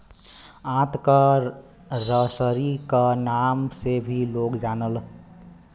आंत क रसरी क नाम से भी लोग जानलन